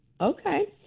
okay